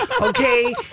Okay